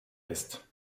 ist